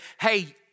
hey